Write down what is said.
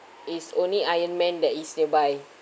is only iron man that is nearby